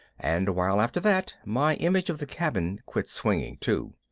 and a while after that my image of the cabin quit swinging too.